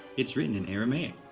it's written in aramaic.